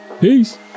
Peace